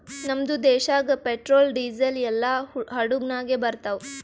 ನಮ್ದು ದೇಶಾಗ್ petrol, diesel ಎಲ್ಲಾ ಹಡುಗ್ ನಾಗೆ ಬರ್ತಾವ್